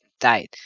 died